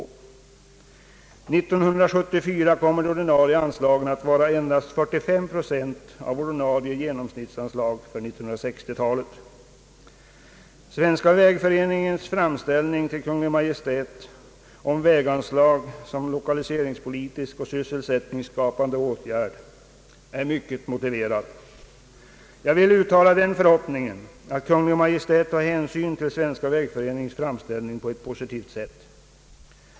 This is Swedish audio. År 1974 kommer de ordinarie anslagen att utgöra endast 45 procent av ordinarie genomsnittsanslag för 1960-talet. Svenska vägföreningens framställning till Kungl. Maj:t om väganslag såsom lokaliseringspolitisk och sysselsättningsskapande åtgärd är väl motiverad. Jag vill uttala den förhoppningen, att Kungl. Maj:t tar hänsyn till Svenska vägföreningens framställning på ett positivt sätt.